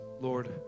Lord